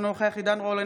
אינו נוכח עידן רול,